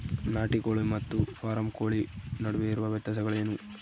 ನಾಟಿ ಕೋಳಿ ಮತ್ತು ಫಾರಂ ಕೋಳಿ ನಡುವೆ ಇರುವ ವ್ಯತ್ಯಾಸಗಳೇನು?